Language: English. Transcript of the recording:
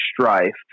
Strife